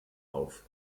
auf